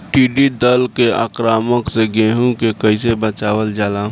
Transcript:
टिडी दल के आक्रमण से गेहूँ के कइसे बचावल जाला?